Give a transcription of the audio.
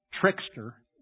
trickster